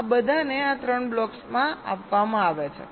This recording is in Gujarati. આ બધાને આ 3 બ્લોક્સ આપવામાં આવે છે